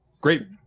great